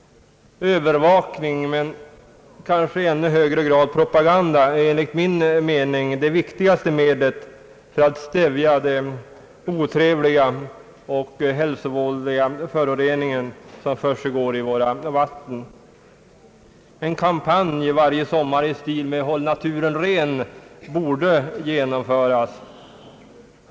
Övervakning men kanske i ännu högre grad propaganda är enligt min mening det viktigaste medlet för att stävja den otrevliga och hälsovådliga förorening som försiggår i våra farvatten. En kampanj varje sommar i stil med »Håll naturen ren» borde genomföras.